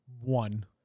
one